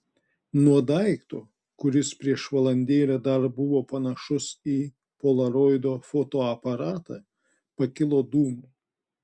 nuo daikto kuris prieš valandėlę dar buvo panašus į polaroido fotoaparatą pakilo dūmai